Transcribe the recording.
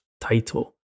title